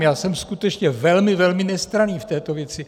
Já jsem skutečně velmi, velmi nestranný v této věci.